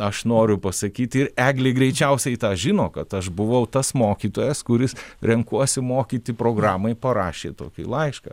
aš noriu pasakyti eglė greičiausiai tą žino kad aš buvau tas mokytojas kuris renkuosi mokyti programai parašė tokį laišką